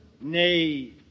Nay